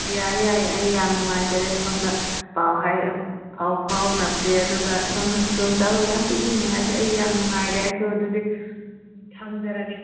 ꯍꯣꯏ ꯌꯥꯏ ꯌꯥꯏ ꯑꯩ ꯌꯥꯝ ꯅꯨꯡꯉꯥꯏꯖꯔꯦ ꯁꯣꯝꯗ ꯄꯥꯎ ꯐꯥꯎꯅꯔꯁꯤ ꯑꯗꯨꯒ ꯁꯣꯝꯅ ꯈꯨꯗꯣꯡ ꯆꯥꯕ ꯃꯌꯥꯝ ꯄꯤꯕꯤꯅꯤ ꯍꯥꯏꯕꯁꯦ ꯑꯩ ꯌꯥꯝ ꯅꯨꯡꯉꯥꯏꯔꯦ ꯑꯩꯁꯨ ꯑꯗꯨꯗꯤ ꯊꯝꯖꯔꯒꯦ